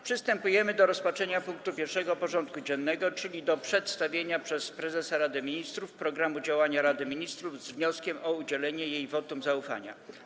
Przystępujemy do rozpatrzenia punktu 1. porządku dziennego: Przedstawienie przez prezesa Rady Ministrów programu działania Rady Ministrów z wnioskiem o udzielenie jej wotum zaufania.